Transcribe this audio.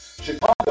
chicago